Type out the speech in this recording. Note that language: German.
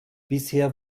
bisher